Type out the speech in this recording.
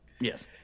yes